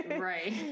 right